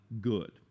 good